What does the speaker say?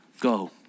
Go